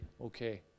okay